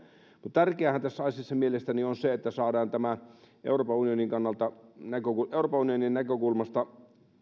tärkeäähän tässä asiassa mielestäni on se että saadaan euroopan unionin näkökulmasta